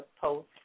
post